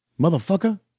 motherfucker